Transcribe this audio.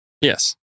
Yes